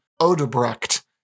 Odebrecht